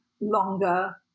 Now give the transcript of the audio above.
longer